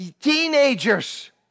teenagers